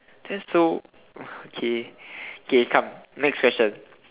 that's so okay okay come next question